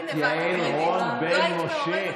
חברת הכנסת יעל רון בן משה.